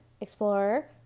explorer